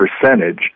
percentage